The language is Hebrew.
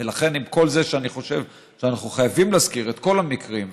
ולכן עם כל זה שאני חושב שאנחנו חייבים להזכיר את כל המקרים,